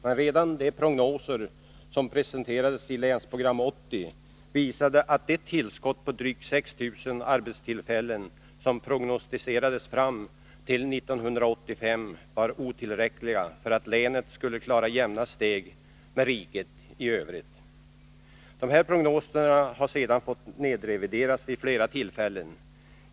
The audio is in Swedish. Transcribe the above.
Men redan de prognoser som presenterades i Länsprogram 80 visade att det tillskott på drygt 6 000 arbetstillfällen som prognostiserades fram till 1985 var otillräckliga för att länet skulle kunna hålla jämna steg med riket i Övrigt. Dessa prognoser har sedan fått nedrevideras vid flera tillfällen.